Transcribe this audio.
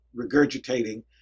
regurgitating